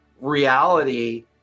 reality